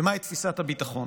ומהי תפיסת הביטחון.